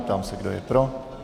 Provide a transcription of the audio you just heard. Ptám se, kdo je pro.